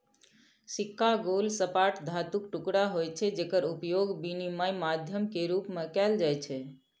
सिक्का गोल, सपाट धातुक टुकड़ा होइ छै, जेकर उपयोग विनिमय माध्यम के रूप मे कैल जाइ छै